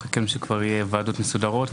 חיכינו שכבר יהיו ועדות מסודרות,